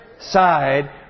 side